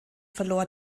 verlor